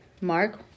Mark